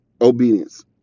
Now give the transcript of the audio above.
Obedience